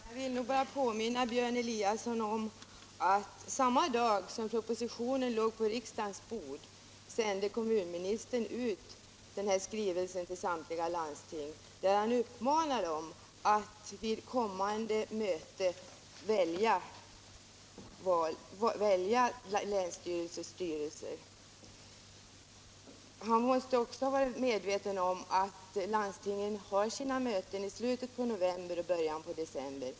Herr talman! Jag vill bara påminna Björn Eliasson om att samma dag som propositionen låg på riksdagens bord sände kommunministern ut denna skrivelse till samtliga landsting, där han uppmanar dem att vid kommande möte välja länsstyrelsers styrelser. Han måste också ha varit medveten om att landstingen har sina möten i slutet av november och i början av december.